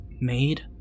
made